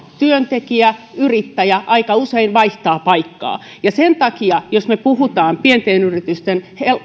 työntekijä ja yrittäjä aika usein vaihtavat paikkaa sen takia jos me puhumme pienten yritysten